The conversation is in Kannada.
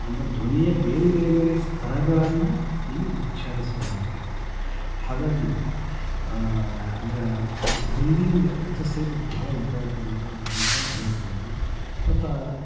ಅಂದರೆ ಧ್ವನಿಯ ಬೇರೆ ಬೇರೆ ಬೇರೆ ಸ್ತರಗಳನ್ನು ಇಲ್ಲಿ ಉಚ್ಚರಿಸ್ಬಹುದು ಹಾಗಾಗಿ ಅಂದ್ರೆ ಆ ಬ್ರೀದಿಂಗ್ ಎಕ್ಸಸೈಸ್ ಬಹಳ ಇಂಪಾರ್ಟೆಂಟ ಅಂತ ಹೇಳ್ಬೋದು ಮತ್ತು